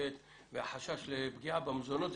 המשותפת והחשש לפגיעה במזונות,